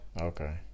Okay